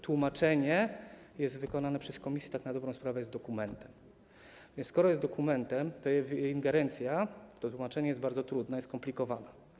Tłumaczenie wykonane przez komisję tak na dobrą sprawę jest dokumentem, a skoro jest dokumentem, to ingerencja w tłumaczenie jest bardzo trudna, skomplikowana.